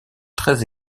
treize